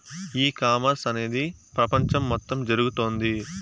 ఈ కామర్స్ అనేది ప్రపంచం మొత్తం జరుగుతోంది